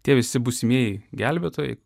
tie visi būsimieji gelbėtojai